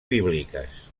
bíbliques